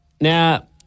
now